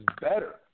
better